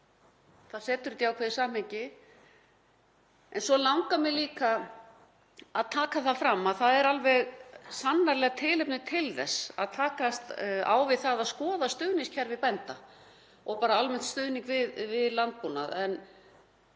Það setur þetta í ákveðið samhengi. Svo langar mig líka að taka fram að það er alveg sannarlega tilefni til þess að takast á við það að skoða stuðningskerfi bænda og bara almennt stuðning við landbúnað.